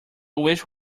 wish